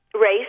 race